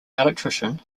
electrician